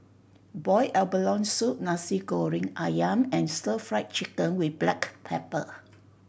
boiled abalone soup Nasi Goreng Ayam and Stir Fried Chicken with black pepper